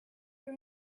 your